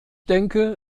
denke